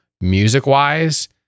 music-wise